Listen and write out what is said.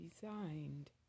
designed